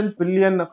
billion